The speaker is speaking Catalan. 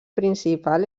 principal